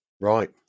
Right